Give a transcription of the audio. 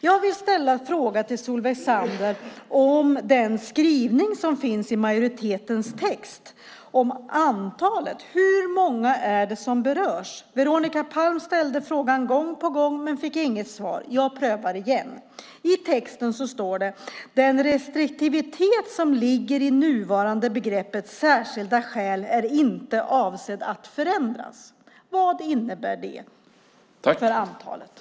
Jag vill ställa en fråga till Solveig Zander om den skrivning som finns i majoritetens text om antalet. Hur många är det som berörs? Veronica Palm ställde frågan gång på gång, men fick inget svar. Nu gör jag ett försök. I texten står det: Den restriktivitet som ligger i det nuvarande begreppet särskilda skäl är inte avsedd att förändras. Vad innebär det för antalet?